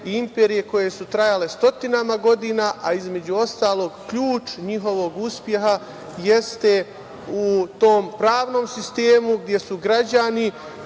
i imperije koje su trajale stotinama godina, a između ostalog, ključ njihovog uspeha jeste u tom pravnom sistemu, gde su građani